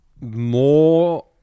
more